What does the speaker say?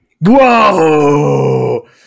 Whoa